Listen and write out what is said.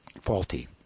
faulty